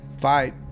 fight